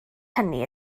hynny